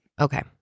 okay